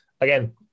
again